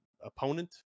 opponent